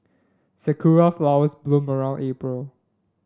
sakura flowers bloom around April